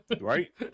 Right